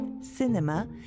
cinema